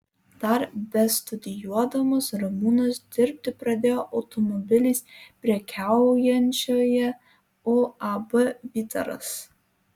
dar bestudijuodamas ramūnas dirbti pradėjo automobiliais prekiaujančioje uab vytaras